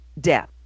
death